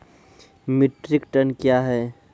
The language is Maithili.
मीट्रिक टन कया हैं?